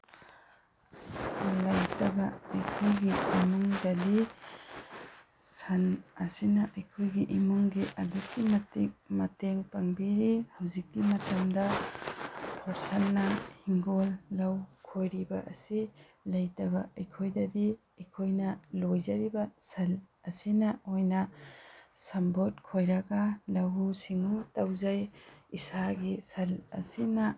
ꯂꯩꯇꯕ ꯑꯩꯈꯣꯏꯒꯤ ꯏꯃꯨꯡꯗꯗꯤ ꯁꯟ ꯑꯁꯤꯅ ꯑꯩꯈꯣꯏꯒꯤ ꯏꯃꯨꯡꯒꯤ ꯑꯗꯨꯛꯀꯤ ꯃꯇꯤꯛ ꯃꯇꯦꯡ ꯄꯥꯡꯕꯤꯔꯤ ꯍꯧꯖꯤꯛꯀꯤ ꯃꯇꯝꯗ ꯐꯣꯔꯁꯟꯅ ꯏꯪꯈꯣꯜ ꯂꯧ ꯈꯣꯏꯔꯤꯕ ꯑꯁꯤ ꯂꯩꯇꯕ ꯑꯩꯈꯣꯏꯗꯗꯤ ꯑꯩꯈꯣꯏꯅ ꯂꯣꯏꯖꯔꯤꯕ ꯁꯟ ꯑꯁꯤꯅ ꯑꯣꯏꯅ ꯁꯝꯕꯣꯠ ꯈꯣꯏꯔꯒ ꯂꯧꯎ ꯁꯤꯡꯎ ꯇꯧꯖꯩ ꯏꯁꯥꯒꯤ ꯁꯟ ꯑꯁꯤꯅ